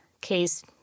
case